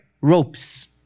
ropes